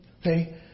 Okay